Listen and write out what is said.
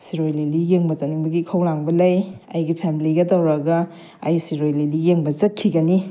ꯁꯤꯔꯣꯏ ꯂꯤꯂꯤ ꯌꯦꯡꯕ ꯆꯠꯅꯤꯡꯕꯒꯤ ꯏꯈꯧꯂꯥꯡꯕ ꯂꯩ ꯑꯩꯒꯤ ꯐꯦꯃꯤꯂꯤꯒ ꯇꯧꯔꯒ ꯑꯩ ꯁꯤꯔꯣꯏ ꯂꯤꯂꯤ ꯌꯦꯡꯕ ꯆꯠꯈꯤꯒꯅꯤ